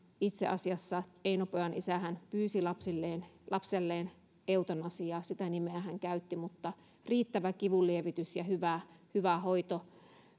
itse asiassa eino pojan isähän pyysi lapselleen lapselleen eutanasiaa sitä nimeä hän käytti mutta riittävä kivunlievitys ja hyvä hoito